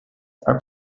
are